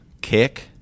Kick